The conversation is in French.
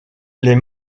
les